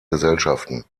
gesellschaften